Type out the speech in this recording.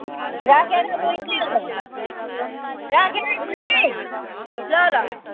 राखेँ ल बैनी अब राखेँ है बैनी ल ल